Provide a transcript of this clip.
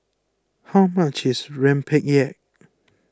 how much is Rempeyek